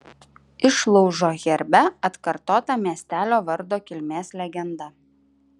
išlaužo herbe atkartota miestelio vardo kilmės legenda